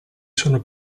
sono